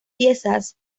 piezas